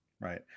right